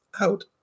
out